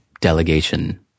delegation